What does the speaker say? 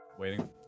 Waiting